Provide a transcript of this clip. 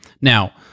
Now